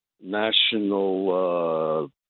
national